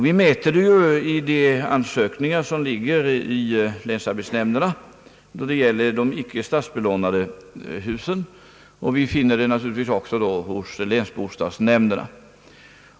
Vi mäter det i de ansökningar som ligger hos länsarbetsnämnderna då det gäller de icke statsbelånade husen. Vi kan naturligtvis också mäta det hos länsbostadsnämnderna.